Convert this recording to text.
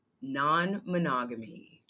non-monogamy